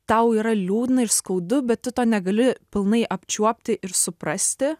tau yra liūdna ir skaudu bet tu to negali pilnai apčiuopti ir suprasti